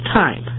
time